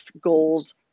goals